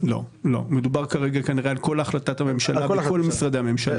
אם מדובר באוטיזם קשה,